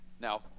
Now